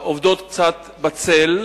התשס"ט 2009,